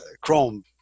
Chrome